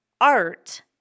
art